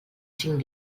cinc